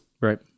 Right